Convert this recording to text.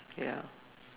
ya